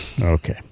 Okay